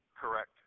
Correct